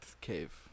cave